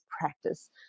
practice